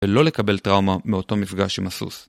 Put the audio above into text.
ולא לקבל טראומה מאותו מפגש עם הסוס.